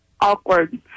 awkward